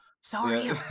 sorry